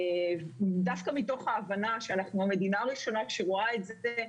דווקא מתוך ההבנה שאנחנו מדינה ראשונה שרואה את זה,